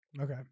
Okay